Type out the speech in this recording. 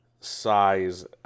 size